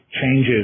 changes